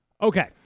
Okay